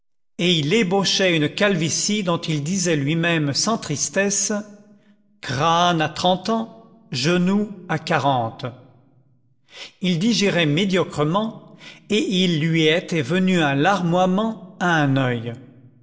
et il ébauchait une calvitie dont il disait lui-même sans tristesse crâne à trente ans genou à quarante il digérait médiocrement et il lui était venu un larmoiement à un oeil